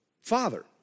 Father